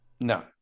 No